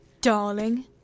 darling